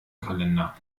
kalender